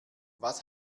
was